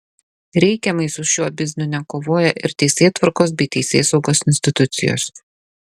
reikiamai su šiuo bizniu nekovoja ir teisėtvarkos bei teisėsaugos institucijos